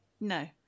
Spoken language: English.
No